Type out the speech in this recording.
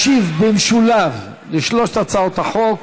ישיב במשולב לשלוש הצעות החוק